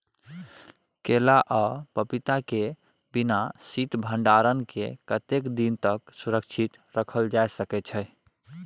केला आ पपीता के बिना शीत भंडारण के कतेक दिन तक सुरक्षित रखल जा सकै छै?